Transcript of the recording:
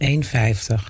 1,50